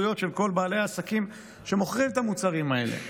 של כל בעלי העסקים שמוכרים את המוצרים האלה.